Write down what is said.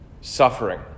suffering